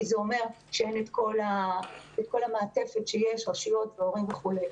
כי זה אומר שאין את כל המעטפת של רשויות והורים וכולי.